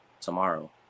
tomorrow